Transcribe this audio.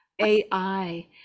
AI